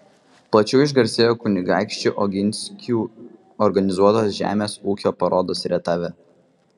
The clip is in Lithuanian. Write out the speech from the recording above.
plačiau išgarsėjo kunigaikščių oginskių organizuotos žemės ūkio parodos rietave